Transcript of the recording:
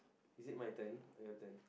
is it my turn or your turn